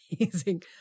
amazing